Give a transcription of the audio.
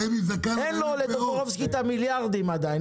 אין לטופורובסקי את המיליארדים עדיין.